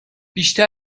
بیشتر